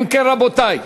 אם כן, רבותי,